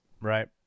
Right